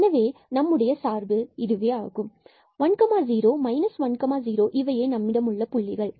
இதுவே நம்முடைய சார்பு ஆகும் மற்றும் 10 and 10 இவையே நம்மிடம் உள்ள புள்ளிகள்